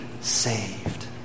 saved